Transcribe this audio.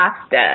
pasta